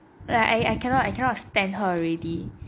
like I I cannot cannot stand her already